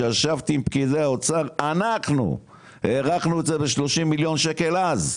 ישבתי עם פקידי האוצר והערכנו את זה ב-30 מיליוני שקלים אז.